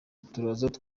turaza